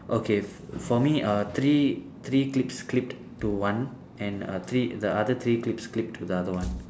okay f~ for me uh three three clips clipped to one and err three the other three clips clipped to the other one